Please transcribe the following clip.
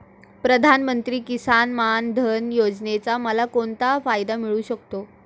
प्रधानमंत्री किसान मान धन योजनेचा मला कोणता फायदा मिळू शकतो?